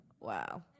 Wow